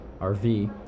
RV